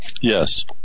Yes